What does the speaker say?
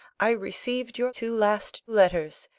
i received your two last letters,